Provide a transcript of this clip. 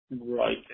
Right